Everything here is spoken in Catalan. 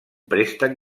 préstec